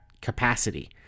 capacity